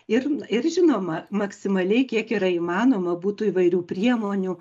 ir ir žinoma maksimaliai kiek yra įmanoma būtų įvairių priemonių